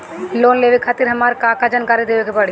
Loan लेवे खातिर हमार का का जानकारी देवे के पड़ी?